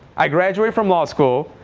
i graduated from law school.